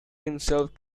himself